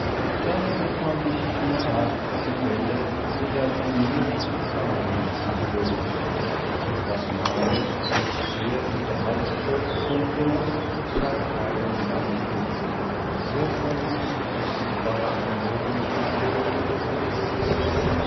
dann erfand ich eine art von novelle in der manier wie clauren sie gewöhnlich gibt etwas mager nicht sehr gehaltvoll und dennoch zu zwei teilen lang genug notwendiges requisit war nach den oben angedeuteten gesetzen